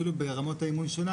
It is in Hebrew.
אפילו ברמות האימון שלה,